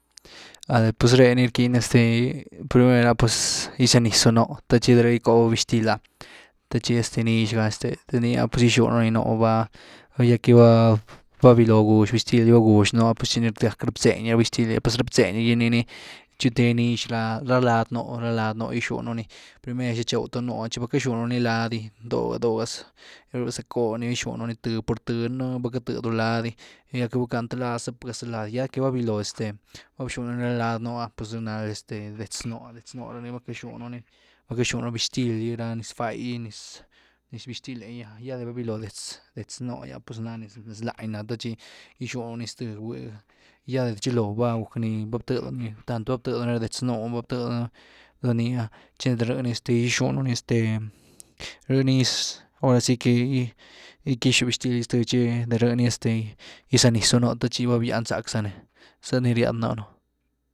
Sale, pues re ni rquin este primer’ah pues giyzyw niz’úh noh tchi de rhï gycóh bixtil’ah te tchi nix ga este, te nii pues gyxyunñu ni noo va-va, ya que va vilo gux bixtil gy, va gux noh pues tchi ni rack btzeny bixtil, pues rá btzeny’gy ni-ni tchutee nix ra lad no’h. gyxyunu ni, primer tchew cun noo, tchi vacja xunu ni lad gy doh’ga doh’ga, gyzacko ni gyxunu ni, th por thny va cathdyw lad ‘gy ya que va guckan th lad zpága zth lad, ya que va viloo este va bxunu ni lad noh’ah pues rh nal este détz noh’ah, detx noo rh ni va caxunu ni,, va caxununi bixtil gy ra niz fá’gy, niz bixtil’e gy’ah, ya de vaviloo detz- detz noh’gy pues nez láany na the tchi gyxunu nii ztë, ya de tchiloo va guck ni, va btëdyw ni, tanto va btëdyw ni ra detz noh, va btëdyw ni’ah, tchi de rh ni gyxunu ni este rh ni ahora si que iquixu bixtil gy zthtchi de rh’ ni este gyzyw niz’uh noh, te chi va výan zack za ni, xë ny riad nánu.